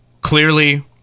clearly